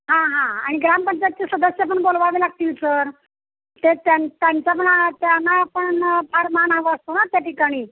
हां हां आणि ग्रामपंचायतचे सदस्य पण बोलवावे लागतील सर ते त्यां त्यांच्या पण त्यांना पण फार मान हवं असतो ना त्या ठिकाणी